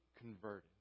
converted